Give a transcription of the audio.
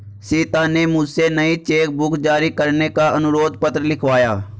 सीता ने मुझसे नई चेक बुक जारी करने का अनुरोध पत्र लिखवाया